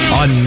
on